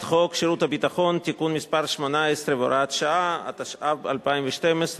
אנחנו עוברים לנושא הבא בסדר-היום,